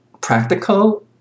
practical